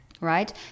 Right